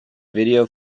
video